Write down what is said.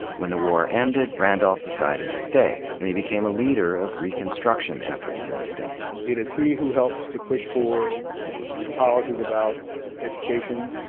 when the war ended randolph decided to stay and he became a leader of reconstruction efforts in the state. it is he who helps to push forward the policies about education.